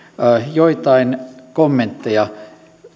joitain kommentteja